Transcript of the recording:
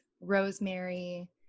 rosemary